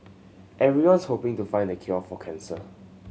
everyone's hoping to find the cure for cancer